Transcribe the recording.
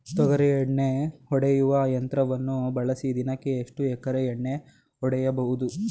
ತೊಗರಿ ಎಣ್ಣೆ ಹೊಡೆಯುವ ಯಂತ್ರವನ್ನು ಬಳಸಿ ದಿನಕ್ಕೆ ಎಷ್ಟು ಎಕರೆ ಎಣ್ಣೆ ಹೊಡೆಯಬಹುದು?